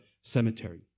cemetery